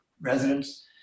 residents